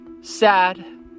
Sad